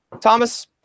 Thomas